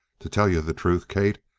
to tell you the truth, kate,